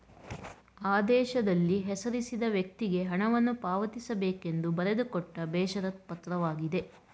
ಆದೇಶದಲ್ಲಿ ಹೆಸರಿಸಿದ ವ್ಯಕ್ತಿಗೆ ಹಣವನ್ನು ಪಾವತಿಸಬೇಕೆಂದು ಬರೆದುಕೊಟ್ಟ ಬೇಷರತ್ ಪತ್ರವಾಗಿದೆ